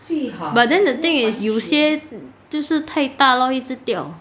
but then the thing is 有些就是太大了一直掉